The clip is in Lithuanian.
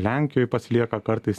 lenkijoj pas slieką kartais